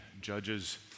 Judges